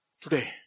today